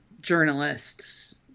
journalists